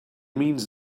means